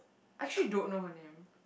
I actually don't know her name